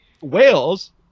Wales